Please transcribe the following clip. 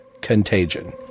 Contagion